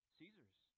Caesar's